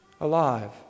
alive